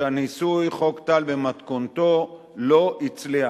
שהניסוי חוק טל, במתכונתו, לא הצליח.